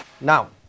now